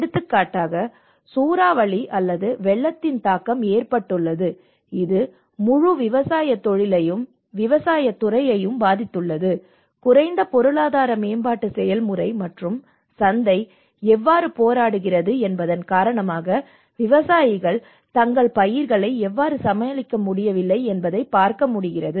எடுத்துக்காட்டாக சூறாவளி அல்லது வெள்ளத்தின் தாக்கம் ஏற்பட்டுள்ளது இது முழு விவசாயத் தொழிலையும் விவசாயத் துறையையும் பாதித்துள்ளது குறைந்த பொருளாதார மேம்பாட்டு செயல்முறை மற்றும் சந்தை எவ்வாறு போராடுகிறது என்பதன் காரணமாக விவசாயிகள் தங்கள் பயிர்களை எவ்வாறு சமாளிக்க முடியவில்லை என்பதைப் பார்க்க முடிகிறது